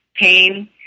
Pain